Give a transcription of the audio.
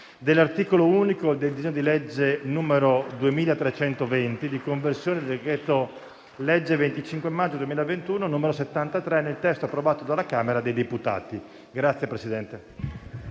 dell'articolo unico del disegno di legge n. 2320, di conversione del decreto-legge 25 maggio 2021, n. 73, nel testo approvato dalla Camera dei deputati.